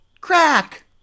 Crack